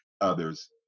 others